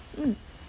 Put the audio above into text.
mm